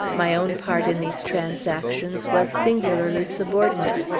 my own part in these transactions was singularly subordinate.